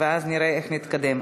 ואז נראה איך נתקדם.